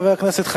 חבר הכנסת דב